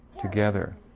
together